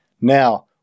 Now